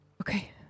Okay